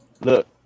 look